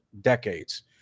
decades